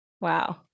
Wow